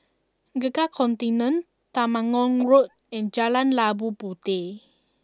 Gurkha Contingent Temenggong Road and Jalan Labu Puteh